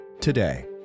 today